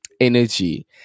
energy